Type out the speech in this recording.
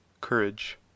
courage